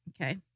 Okay